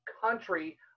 country